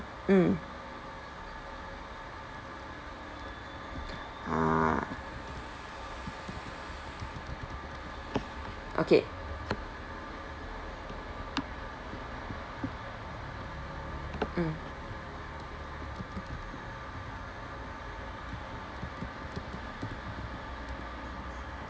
mm ah okay mm